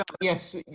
Yes